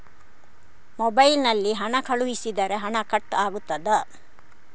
Mobile ನಲ್ಲಿ ಹಣ ಕಳುಹಿಸಿದರೆ ಹಣ ಕಟ್ ಆಗುತ್ತದಾ?